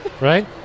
Right